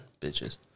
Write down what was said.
bitches